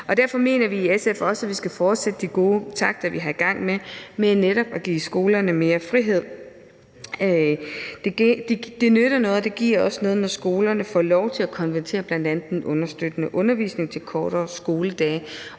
derfor mener SF også, at vi skal fortsætte de gode takter, vi er i gang med, ved netop at give skolerne mere frihed. Det nytter noget, og det giver også noget, når skolerne får lov til at konvertere bl.a. den understøttende undervisning til kortere skoledage